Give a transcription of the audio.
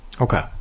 Okay